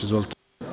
Izvolite.